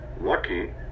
lucky